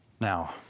Now